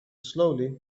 slowly